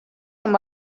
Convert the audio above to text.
amb